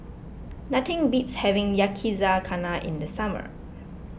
nothing beats having Yakizakana in the summer